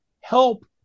Help